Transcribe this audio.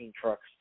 trucks